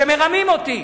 שמרמים אותי.